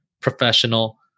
professional